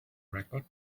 record